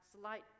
slight